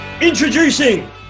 introducing